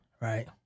right